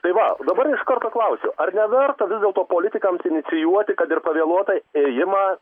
tai va dabar iš karto klausiu ar neverta vis dėlto politikams inicijuoti kad ir pavėluotai ėjimą